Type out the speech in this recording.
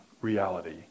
reality